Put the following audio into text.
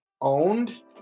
owned